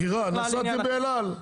נסעתי באל על.